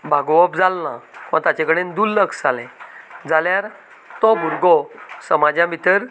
भागोवप जालेना वा ताचे कडेन दुर्लक्ष जालें जाल्यार तो भुरगो समाजा भितर